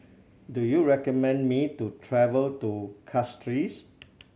do you recommend me to travel to Castries